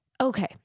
okay